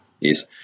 Yes